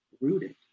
rooted